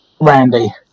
Randy